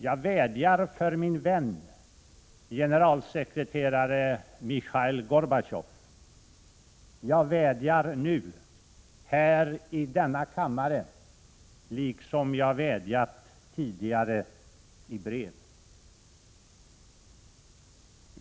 Jag vädjar för min vän, generalsekreterare Michail Gorbatjov, jag vädjar nu, här i denna kammare, liksom jag vädjat tidigare i brev.